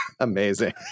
Amazing